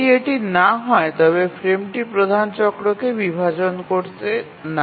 যদি এটি না হয় তবে ফ্রেমটি প্রধান চক্রকে বিভাজন করে না